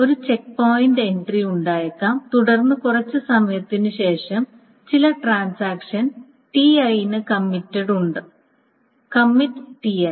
ഒരു check point entry ഉണ്ടായേക്കാം തുടർന്ന് കുറച്ച് സമയത്തിന് ശേഷം ചില ട്രാൻസാക്ഷൻ Ti യിനു കമ്മിറ്റുണ്ട് കമ്മിറ്റ് Ti